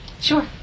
Sure